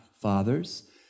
fathers